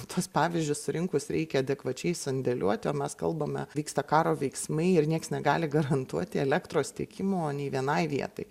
tuos pavyzdžius surinkus reikia adekvačiai sandėliuoti o mes kalbame vyksta karo veiksmai ir nieks negali garantuoti elektros tiekimo nei vienai vietai